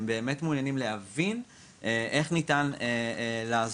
הם באמת מעוניינים להבין איך ניתן לעזור.